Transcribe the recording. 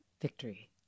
victory